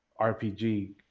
RPG